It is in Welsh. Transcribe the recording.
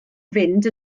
fynd